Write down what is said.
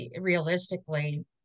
realistically